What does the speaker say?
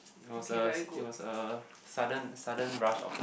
it was a it was a sudden sudden rush of